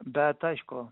bet aišku